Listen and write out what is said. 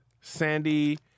Sandy